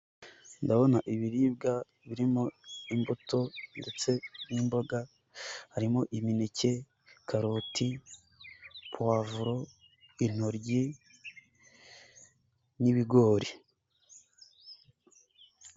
Ndabona ibiribwa birimo imbuto ndetse n'imboga. Harimo imineke, karoti, puwavuro, intoryi, n'ibigori.